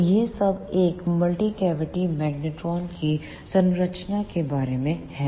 तो यह सब एक मल्टी कैविटी मैग्नेट्रॉन की संरचना के बारे में है